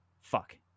fuck